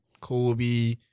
Kobe